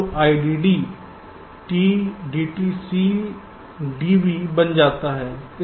तो IDD dt C dV बन जाता है